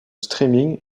streaming